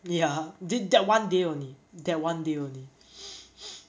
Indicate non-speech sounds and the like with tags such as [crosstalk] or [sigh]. ya did~ that one day only that one day only [noise]